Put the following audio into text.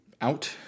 out